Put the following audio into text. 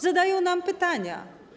Zadają nam pytania.